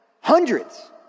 Hundreds